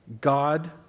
God